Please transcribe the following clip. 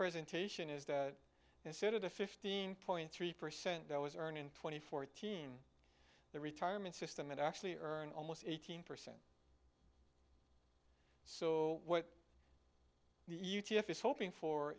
presentation is that instead of the fifteen point three percent that was earning twenty four teen the retirement system and actually earn almost eighteen percent so what the hoping for